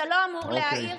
אתה לא אמור להעיר.